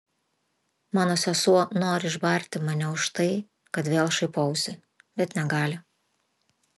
mano sesuo nori išbarti mane už tai kad vėl šaipausi bet negali